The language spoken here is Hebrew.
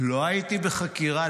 לא הייתי בחקירה.